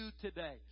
today